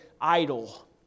idle